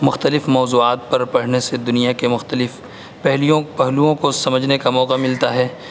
مختلف موضوعات پر پڑھنے سے دنیا کے مختلف پہلیوں پہلووں کو سمجھنے کا سمجھنے کا موقع ملتا ہے